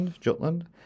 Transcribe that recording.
Jutland